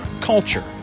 culture